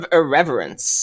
irreverence